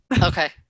Okay